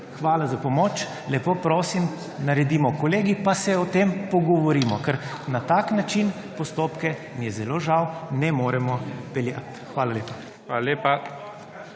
hvala za pomoč, lepo prosim, naredimo Kolegij pa se o tem pogovorimo. Ker na tak način postopke, mi je zelo žal, ne moremo peljati. Hvala lepa. PREDSEDNIK